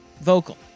vocal